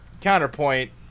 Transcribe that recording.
Counterpoint